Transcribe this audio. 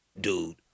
dude